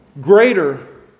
greater